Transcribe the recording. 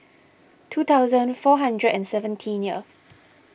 two thousand four hundred and seventeen